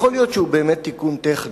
יכול להיות שהוא באמת תיקון טכני,